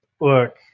Look